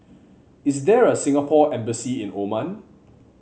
is there a Singapore Embassy in Oman